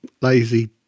lazy